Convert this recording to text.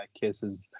kisses